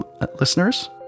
listeners